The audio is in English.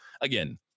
again